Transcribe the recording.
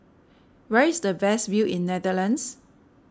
where is the best view in Netherlands